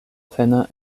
plena